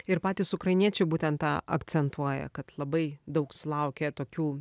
ir patys ukrainiečiai būtent tą akcentuoja kad labai daug sulaukia tokių